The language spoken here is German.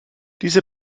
diese